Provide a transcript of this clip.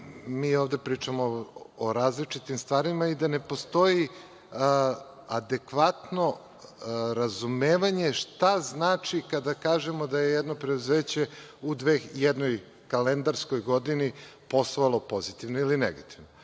mi ovde pričamo o različitim stvarima i da ne postoji adekvatno razumevanje šta znači kada kažemo da je jedno preduzeće u jednoj kalendarskoj godini poslovalo pozitivno ili negativno.